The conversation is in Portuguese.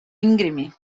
íngreme